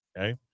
Okay